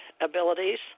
abilities